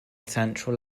central